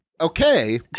Okay